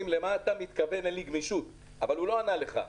לאחר עשרות פגישות עם עשרות מורים.